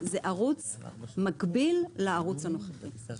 זה ערוץ מקביל לערוץ הנוכחי.